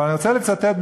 אני רוצה לצטט,